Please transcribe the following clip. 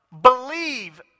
Believe